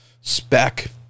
spec